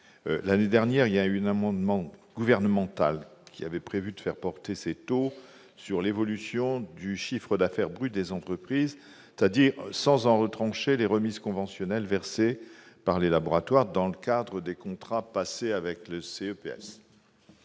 L'année dernière, un amendement gouvernemental avait eu pour objet de faire porter ces taux sur l'évolution du chiffre d'affaires brut des entreprises, c'est-à-dire sans en retrancher les remises conventionnelles versées par les laboratoires dans le cadre des contrats passés avec le Comité